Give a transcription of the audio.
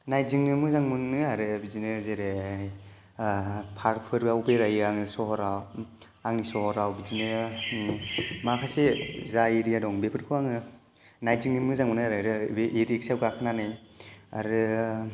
नायदिंनो मोजां मोनो आरो बिदिनो जेरैहाय पार्कफोराव बेरायो आङो सहराव आंनि सहराव बिदिनो माखासे जा एरिया दं बेफोरखौ आङो नायदिंनो मोजां मोनो आरो आरो बे इ रिक्सायाव गाखोनानै आरो